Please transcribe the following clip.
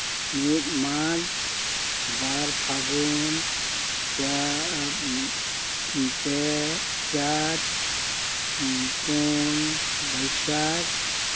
ᱢᱤᱫ ᱢᱟᱜᱽ ᱵᱟᱨ ᱯᱷᱟᱹᱜᱩᱱ ᱯᱮ ᱪᱟᱹᱛ ᱯᱩᱱ ᱵᱟᱹᱭᱥᱟᱹᱠ